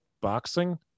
boxing